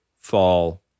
fall